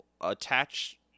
attach